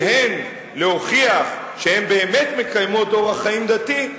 להוכיח שהן באמת מקיימות אורח חיים דתי,